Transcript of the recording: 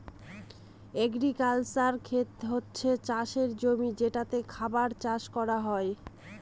agricultural খেত হচ্ছে চাষের জমি যেটাতে খাবার চাষ করা হয়